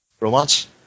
romance